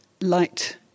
light